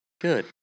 Good